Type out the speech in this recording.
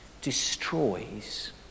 destroys